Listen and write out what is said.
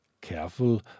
careful